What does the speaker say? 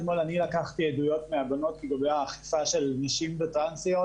אתמול אני לקחתי עדויות מהבנות לגבי האכיפה של נשים וטרנסיות.